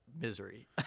misery